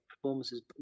Performances